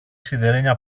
σιδερένια